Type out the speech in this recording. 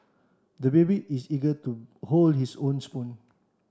the baby is eager to hold his own spoon